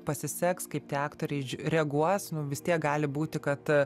pasiseks kaip tie aktoriai reaguos nu vis tiek gali būti kad